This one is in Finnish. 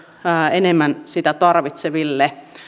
enemmän sitä tarvitseville